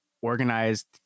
organized